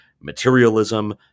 materialism